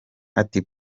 ati